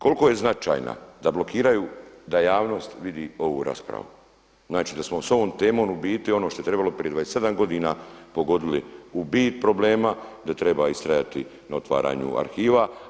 Koliko je značajna da blokiraju da javnost vidi ovu raspravu, znači da smo s ovom temom u biti ono što je trebalo prije 27 godina pogodili u bit problema, da treba istrajati na otvaranju arhiva.